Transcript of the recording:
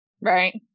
right